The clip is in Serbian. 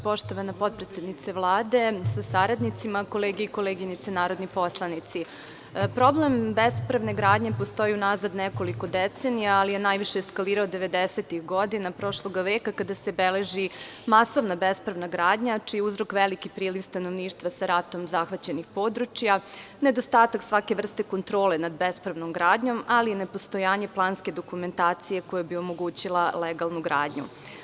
Poštovana potpredsednice Vlade sa saradnicima, kolege i koleginice narodni poslanici, problem bespravne gradnje postoji unazad nekoliko decenija, ali je najviše eskalirao devedesetih godina prošlog veka, kada se beleži masovna bespravna gradnja, čiji je uzrok veliki priliv stanovništva sa ratom zahvaćenih područja, nedostatak svake vrste kontrole nad bespravnom gradnjom, ali i nepostojanje planske dokumentacije koja bi omogućila legalnu gradnju.